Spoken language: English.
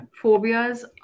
phobias